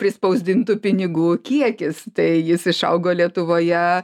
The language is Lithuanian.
prispausdintų pinigų kiekis tai jis išaugo lietuvoje